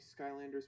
Skylanders